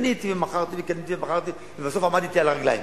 קניתי ומכרתי וקניתי ומכרתי ובסוף עמדתי על הרגליים.